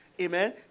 Amen